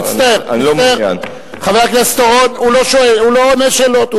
מצטער, חבר הכנסת אורון, הוא לא עונה על שאלות.